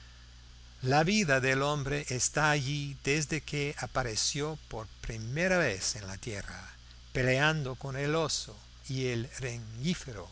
la vida del hombre está allí desde que apareció por primera vez en la tierra peleando con el oso y el rengífero